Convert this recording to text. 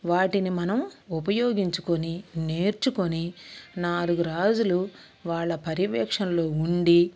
వాటిని మనం ఉపయోగించుకొని నేర్చుకొని నాలుగు రాజులు వాళ్ళ పర్యవేక్షణలో ఉండి